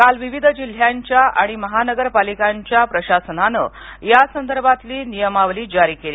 काल विविध जिल्ह्यांच्या आणि महानगरपालिकांच्या प्रशासनानं यासंदर्भातली नियमावली जारी केली